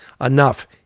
enough